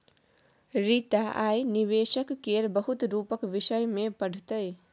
रीता आय निबेशक केर बहुत रुपक विषय मे पढ़तै